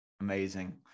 Amazing